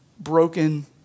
broken